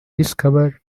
discovered